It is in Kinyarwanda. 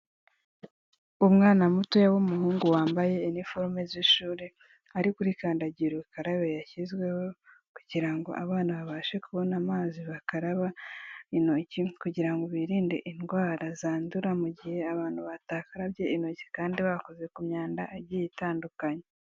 Umwana mutoya w'umuhungu wambaye uniforme z'ishuri, ari kuri kandagir'ukarabe yashyizweho kugira ngo abana babashe kubona amazi bakaraba intoki kugira ngo birinde indwara zandura mu gihe abantu batakarabye intoki kandi bakoze ku myanda, igiye itandukanye.